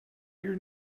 your